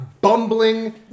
bumbling